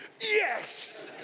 Yes